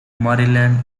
maryland